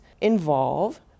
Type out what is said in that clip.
involve